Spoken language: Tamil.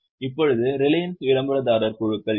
இப்போது ரிலையன்ஸ் விளம்பரதாரர் குழுக்கள் யார்